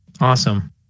Awesome